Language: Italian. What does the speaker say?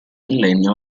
millennio